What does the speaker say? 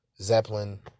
Zeppelin